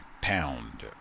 pound